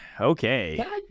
Okay